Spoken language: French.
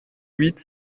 huit